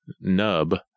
nub